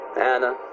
Anna